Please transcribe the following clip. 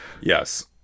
Yes